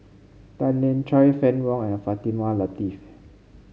Tan Lian Chye Fann Wong and Fatimah Lateef